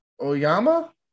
Oyama